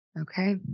Okay